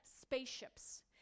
spaceships